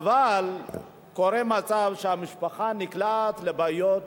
אבל קורה מצב שהמשפחה נקלעת לבעיות